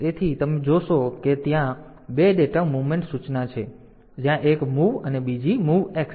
તેથી જોશો કે ત્યાં બે ડેટા મૂવમેન્ટ સૂચના છે જ્યાં એક MOV અને બીજી MOVX છે